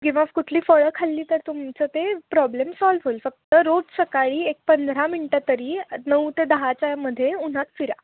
किंवा कुठली फळं खाल्ली तर तुमचं ते प्रॉब्लेम सॉल्व होईल फक्त रोज सकाळी एक पंधरा मिनटं तरी नऊ ते दहाच्यामध्ये उन्हात फिरा